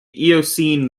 eocene